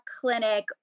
clinic